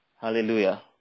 Hallelujah